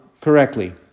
correctly